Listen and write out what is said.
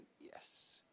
Yes